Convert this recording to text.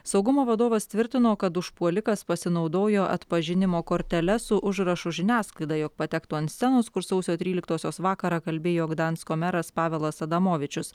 saugumo vadovas tvirtino kad užpuolikas pasinaudojo atpažinimo kortele su užrašu žiniasklaida jog patektų ant scenos kur sausio tryliktosios vakarą kalbėjo gdansko meras pavelas adamovičius